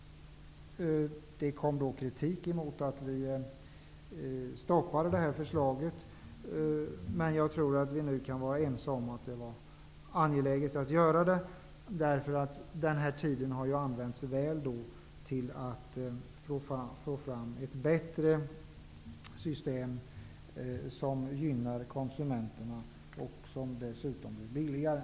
Det kom kritik mot att vi stoppade förslaget. Men jag tror att vi nu kan vara ense om att det var angeläget att göra det, för den här tiden har använts väl till att få fram ett bättre system som gynnar konsumenterna och som dessutom är billigare.